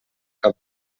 cap